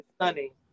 Sunny